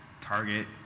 target